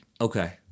Okay